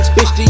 Bitch